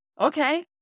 okay